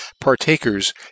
partakers